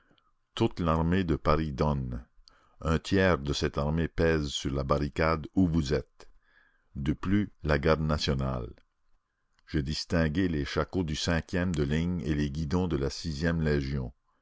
toute l'armée de paris donne un tiers de cette armée pèse sur la barricade où vous êtes de plus la garde nationale j'ai distingué les shakos du cinquième de ligne et les guidons de la sixième légion